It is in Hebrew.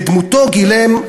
שאת דמותו גילם,